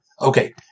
Okay